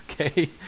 Okay